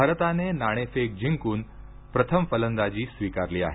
भारताने नाणेफेक जिंकून प्रथम फलंदाजी स्वीकारली आहे